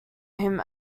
him